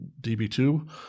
DB2